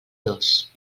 dos